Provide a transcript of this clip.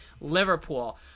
Liverpool